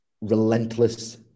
relentless